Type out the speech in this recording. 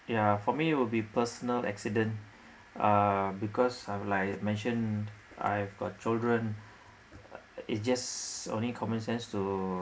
yeah for me it will be personal accident uh because like I mentioned I've got children it's just only common sense to